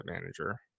manager